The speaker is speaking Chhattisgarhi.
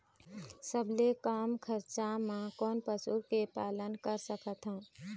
सबले कम खरचा मा कोन पशु के पालन कर सकथन?